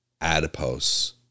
adipose